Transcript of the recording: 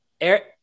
Eric